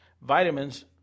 Vitamins